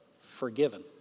forgiven